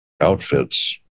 outfits